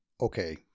okay